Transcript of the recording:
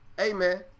Amen